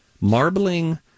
marbling